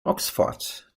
oxford